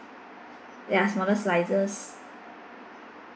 ya smaller slices